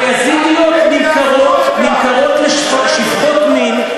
ויזידיות נמכרות לשפחות מין.